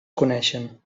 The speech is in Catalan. coneixen